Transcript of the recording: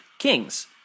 Kings